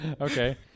okay